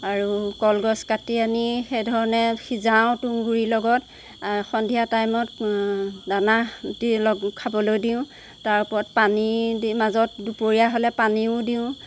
আৰু কলগছ কাটি আনি সেইধৰণে সিজাওঁ তুঁহগুৰি লগত সন্ধিয়া টাইমত দানা দি অলপ খাবলৈ দিওঁ তাৰ ওপৰত পানী মাজত দুপৰীয়া হ'লে পানীও দিওঁ